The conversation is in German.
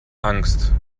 angst